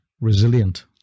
resilient